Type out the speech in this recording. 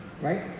right